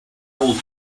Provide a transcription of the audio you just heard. old